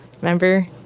Remember